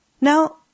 Now